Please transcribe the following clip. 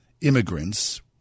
immigrants